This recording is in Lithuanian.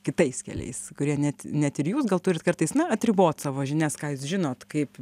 kitais keliais kurie net net ir jūs gal turit kartais na atribot savo žinias ką jūs žinot kaip